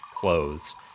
clothes